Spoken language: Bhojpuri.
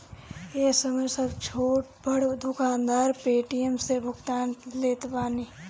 ए समय सब छोट बड़ दुकानदार पेटीएम से भुगतान लेत बाने